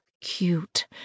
cute